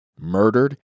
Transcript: murdered